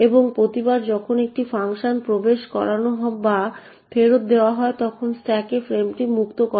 এবং প্রতিবার যখন একটি ফাংশন প্রবেশ করানো বা ফেরত দেওয়া হয় তখন স্ট্যাক ফ্রেমটি মুক্ত করে